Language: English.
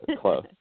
close